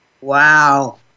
Wow